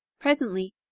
Presently